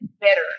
better